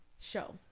show